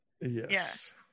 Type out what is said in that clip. Yes